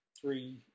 three